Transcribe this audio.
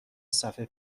صفحه